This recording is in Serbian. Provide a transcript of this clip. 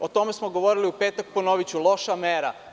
O tome smo govorili u petak, ali ponoviću - loša mera.